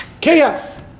Chaos